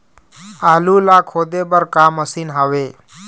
आलू ला खोदे बर का मशीन हावे?